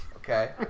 Okay